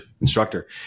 instructor